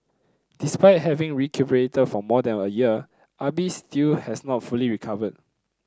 despite having recuperated for more than a year Ah Bi still has not fully recovered